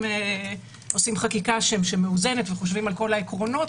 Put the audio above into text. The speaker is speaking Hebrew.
חקיקה שמאוזנת וחושבים על כל העקרונות,